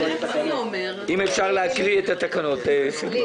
לילי, תקריאי את התקנות.